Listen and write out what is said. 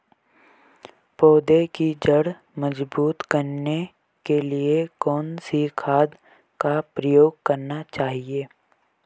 पौधें की जड़ मजबूत करने के लिए कौन सी खाद का प्रयोग करना चाहिए?